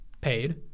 paid